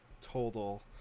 total